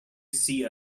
see